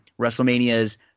WrestleMania's